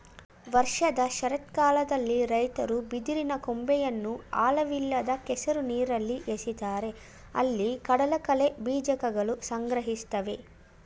ವರ್ಷದ ಶರತ್ಕಾಲದಲ್ಲಿ ರೈತರು ಬಿದಿರಿನ ಕೊಂಬೆಯನ್ನು ಆಳವಿಲ್ಲದ ಕೆಸರು ನೀರಲ್ಲಿ ಎಸಿತಾರೆ ಅಲ್ಲಿ ಕಡಲಕಳೆ ಬೀಜಕಗಳು ಸಂಗ್ರಹಿಸ್ತವೆ